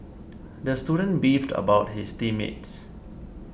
the student beefed about his team mates